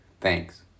Thanks